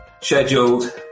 scheduled